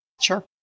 Sure